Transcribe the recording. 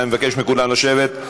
אני מבקש מכולם לשבת.